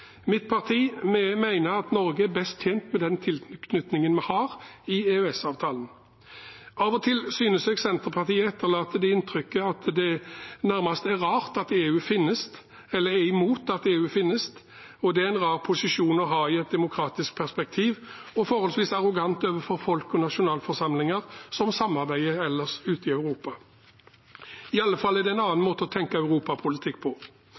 Mitt parti mener at Norge er best tjent med den tilknytningen vi har i EØS-avtalen. Av og til synes jeg Senterpartiet etterlater det inntrykket at det nærmest er rart at EU finnes, at de er imot at EU finnes. Det er en rar posisjon å ha i et demokratisk perspektiv og forholdsvis arrogant overfor folk og nasjonalforsamlinger som samarbeider ellers ute i Europa. I alle fall er det en annen måte å tenke europapolitikk på.